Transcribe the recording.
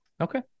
Okay